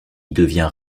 devient